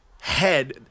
head